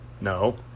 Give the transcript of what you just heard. No